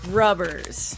rubbers